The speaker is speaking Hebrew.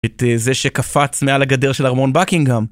את זה שקפץ מעל הגדר של ארמון בקינגהאם.